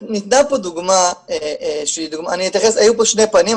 היו פה שני פנים,